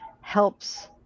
helps